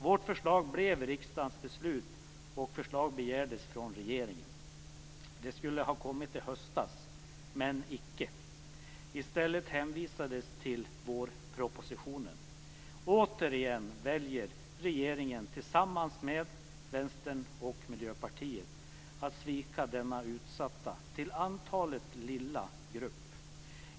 Vårt förslag blev riksdagens beslut, och förslag begärdes av regeringen. Det skulle ha kommit i höstas, men icke. I stället hänvisades till vårpropositionen. Återigen väljer regeringen tillsammans med Vänstern och Miljöpartiet att svika denna utsatta, till antalet lilla grupp.